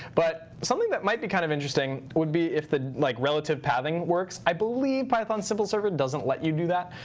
but something that might be kind of interesting would be if the like relative pathing works. i believe python simple server doesn't let you do that,